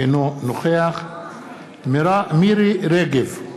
אינו נוכח מירי רגב,